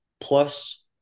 plus